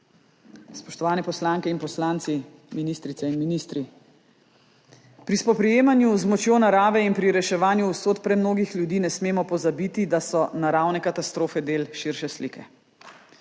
Spoštovani poslanke in poslanci, ministrice in ministri! Pri spoprijemanju z močjo narave in pri reševanju usod premnogih ljudi ne smemo pozabiti, da so naravne katastrofe del širše slike.